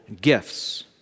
gifts